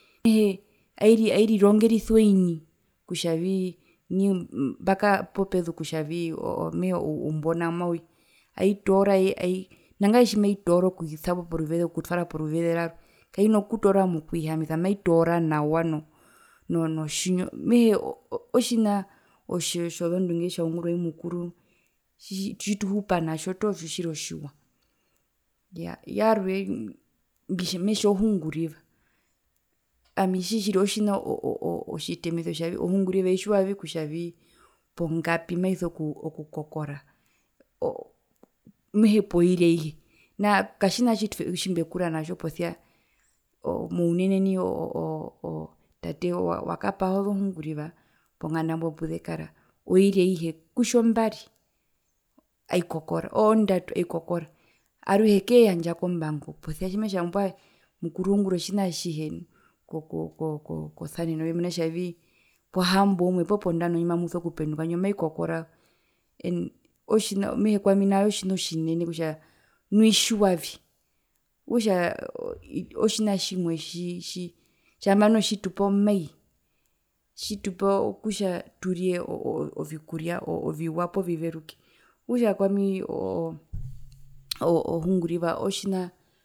Ai ai airirongerisa oini kutja nai mbakara popezu kutjavii mehee oumbona mauya aitoora ai nangae tjimaitoora okuisapo poruveze okutwara poruveze rwarwe kaina kutoora mokwihamisa maitoora nawa no no notjinyo otjina tjo tjozondunge tjitjaungurwa i mukuru tjituhupa natjo tjitjiri otjiwa, iyaa yarwe mbitja metja ohunguriva ami tjiri tjiri otjina oo oo o tjitemise kutjavii ohunguriva itjiwavii kutja pongapi maiso ku kokora o mehee poiri aihe katjina tjimbekura natjo posia o mounene nai o tate wa wa kapaha ozohunguriva ponganda mbo puzekara oiri aihe kutja ombari aikokora ondatu aikokora aruhe keeyandja kombango otjimetja mbwae mukuru uungura otjina atjihe ko ko kosaneno mena ro kutjavii pohamboumwe po pondano ndjimamuzo kupenduka ndjo maikokora mehee kwami nao tjina otjinene mena nu itjiwavi okutja otjina tjimwe tjitji tji tjamba noho tjitupo mai tjitupa kutja turye ovikuria oviwa poo viveruke okutja kwami o o ohunguriva otjinaa.